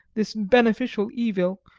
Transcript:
this beneficial evil,